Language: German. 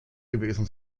gewesen